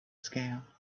scale